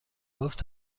گفت